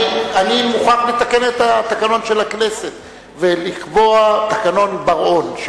אני מוכרח לתקן את התקנון של הכנסת ולקבוע תקנון בר-און,